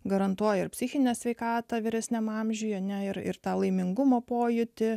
garantuoja ir psichinę sveikatą vyresniame amžiuje ne ir ir tą laimingumo pojūtį